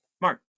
Mark